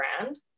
brand